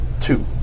two